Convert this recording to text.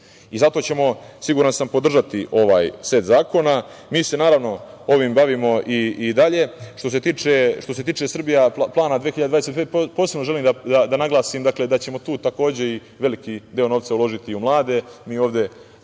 Zato ćemo, siguran sam, podržati ovaj set zakona. Naravno, mi se ovim bavimo i dalje. Što se tiče Plana Srbija 2025, posebno želim da naglasim da ćemo tu takođe veliki deo novca uložiti u mlade. Mi ovde